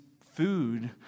food